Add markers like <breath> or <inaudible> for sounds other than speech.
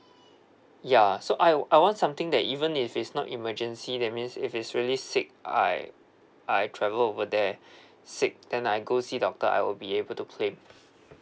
ya so I I want something that even if is not emergency that means if is really sick I I travel over there <breath> sick then I go see doctor I will be able to claim